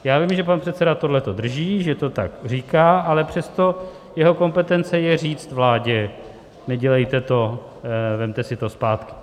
Vím, že pan předseda tohle drží, že to tak říká, ale přesto jeho kompetencí je říct vládě: Nedělejte to, vemte si to zpátky.